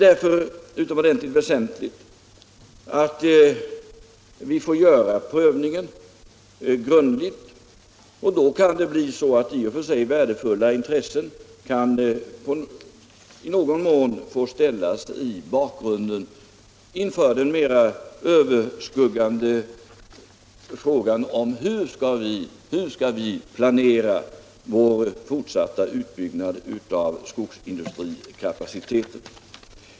Därför är det viktigt att vi gör en grundlig prövning, och då kan det hända att i och för sig starka intressen i någon mån får stå tillbaka för den mera överskuggande frågan hur vi skall planera vår fortsatta utbyggnad av skogsindustrins kapacitet.